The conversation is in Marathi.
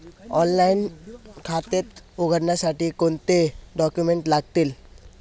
ऑनलाइन खाते उघडण्यासाठी कोणते डॉक्युमेंट्स लागतील?